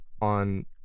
On